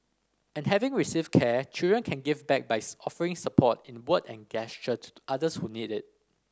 and having received care children can give back by offering support in a word and gesture to others who need it